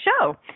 show